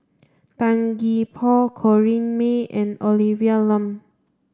Tan Gee Paw Corrinne May and Olivia Lum